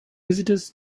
visitors